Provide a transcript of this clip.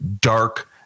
dark